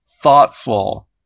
thoughtful